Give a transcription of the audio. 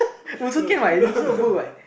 also can what is also a book what